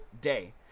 day